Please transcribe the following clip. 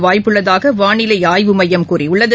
வாய்ப்புள்ளதாக வானிலை ஆய்வு மையம் கூறியுள்ளது